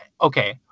Okay